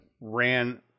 ran